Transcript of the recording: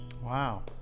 wow